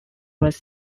was